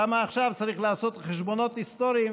למה עכשיו צריך לעשות חשבונות היסטוריים.